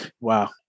Wow